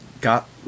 got